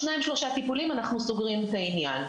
שניים-שלושה טיפולים אנחנו סוגרים את העניין.